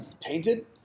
painted